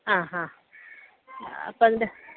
ആ ഹാ അപ്പോള് അതിന്റെ